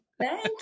Thank